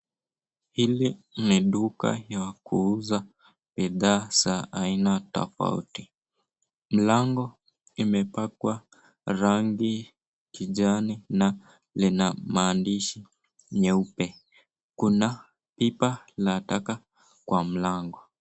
Hili ni duka ya kuuza bidhaa za aina tofauti. Mlango imepakwa rangi kijani na lina maandishi nyeupe. Kuna pipa la taka kwa mlango.